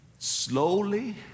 Slowly